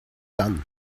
done